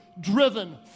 driven